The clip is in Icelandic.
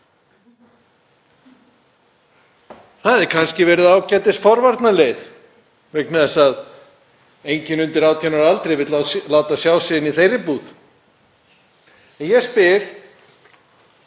Það hefði kannski verið ágætisforvarnaleið vegna þess að enginn undir 18 ára aldri vill láta sjá sig inni í þeirri búð. En ég spyr: